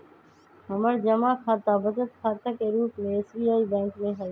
हमर जमा खता बचत खता के रूप में एस.बी.आई बैंक में हइ